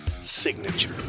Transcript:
signature